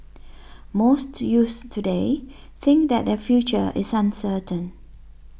most youths today think that their future is uncertain